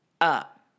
up